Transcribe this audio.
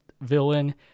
villain